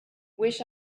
wish